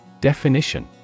Definition